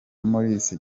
maurice